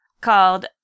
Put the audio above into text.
called